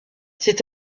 c’est